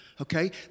Okay